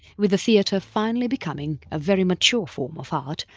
with the theatre finally becoming a very mature form of art,